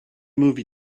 movie